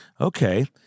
Okay